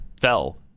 fell